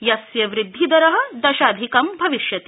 यस्य वृदधिदरः दशाधिकं भविष्यति